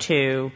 to